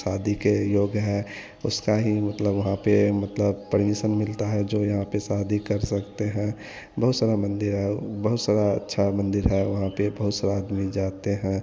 शादी के योग है उसका ही मतलब वहाँ पर मतलब पर्मिसन मिलता है जो यहाँ पर शादी कर सकते हैं बहुत समय मंदिर है उ बहुत सारा अच्छा मंदिर है वहाँ पर बहुत सारा आदमी जाते हैं